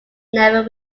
never